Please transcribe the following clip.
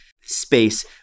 space